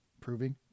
Proving